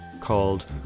called